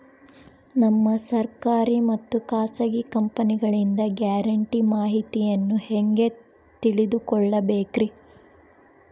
ನಮಗೆ ಸರ್ಕಾರಿ ಮತ್ತು ಖಾಸಗಿ ಕಂಪನಿಗಳಿಂದ ಗ್ಯಾರಂಟಿ ಮಾಹಿತಿಯನ್ನು ಹೆಂಗೆ ತಿಳಿದುಕೊಳ್ಳಬೇಕ್ರಿ?